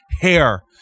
Hair